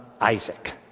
Isaac